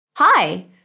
Hi